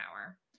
hour